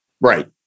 Right